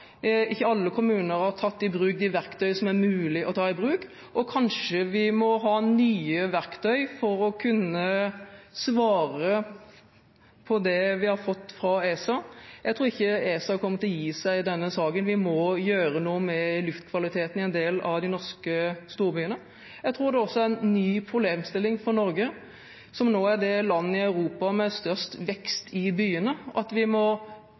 som er mulig å ta i bruk. Kanskje vi må ha nye verktøy for å kunne svare på det vi har fått fra ESA. Jeg tror ikke ESA kommer til å gi seg i denne saken. Vi må gjøre noe med luftkvaliteten i en del av de norske storbyene. Jeg tror dette også er en ny problemstilling for Norge, som nå er et av landene i Europa med størst vekst i byene, at vi må